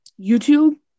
youtube